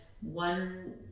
one